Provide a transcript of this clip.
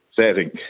setting